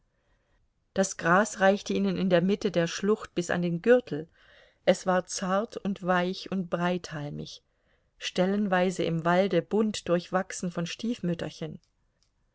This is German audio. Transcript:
das gras reichte ihnen in der mitte der schlucht bis an den gürtel es war zart und weich und breithalmig stellenweise im walde bunt durchwachsen von stiefmütterchen